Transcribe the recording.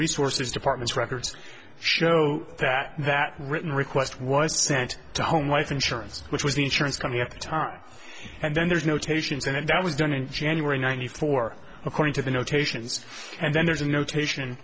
resources department records show that that written request was sent to home life insurance which was the insurance company at the time and then there's notations and that was done in january ninety four according to the notations and then there's a notation